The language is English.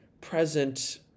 present